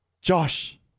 Josh